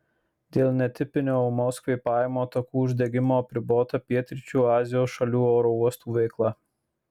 dėl netipinio ūmaus kvėpavimo takų uždegimo apribota pietryčių azijos šalių oro uostų veikla